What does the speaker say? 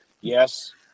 Yes